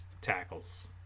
tackles